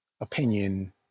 opinion